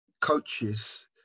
coaches